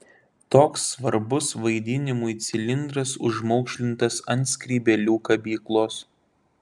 toks svarbus vaidinimui cilindras užmaukšlintas ant skrybėlių kabyklos